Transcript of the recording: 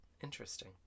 Interesting